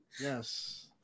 Yes